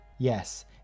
Yes